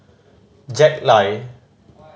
Jack Lai